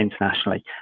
internationally